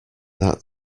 that